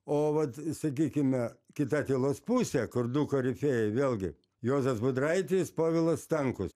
o vat sakykime kita tylos pusė kur du korifėjai vėlgi juozas budraitis povilas stankus